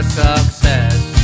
success